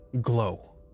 glow